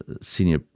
senior